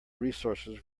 resources